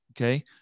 Okay